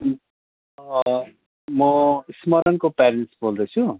म स्मरणको प्यारेन्टस बोल्दैछु